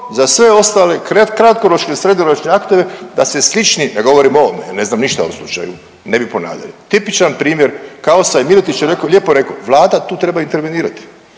za sve ostale kratkoročne i srednjoročne aktove da se slični, ne govorim o ovome, ja ne znam ništa o ovom slučaju, ne bi ponavljali, tipičan primjer kaosa i Miletić je lijepo rekao Vlada tu treba intervenirati,